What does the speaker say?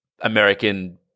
American